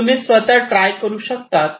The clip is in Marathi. तुम्ही स्वतः ट्राय करू शकतात